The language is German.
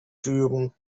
führen